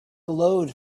glowed